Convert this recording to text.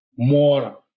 more